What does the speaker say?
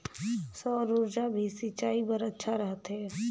सौर ऊर्जा भी सिंचाई बर अच्छा रहथे?